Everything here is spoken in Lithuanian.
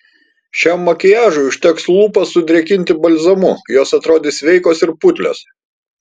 šiam makiažui užteks lūpas sudrėkinti balzamu jos atrodys sveikos ir putlios